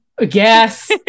yes